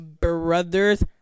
brother's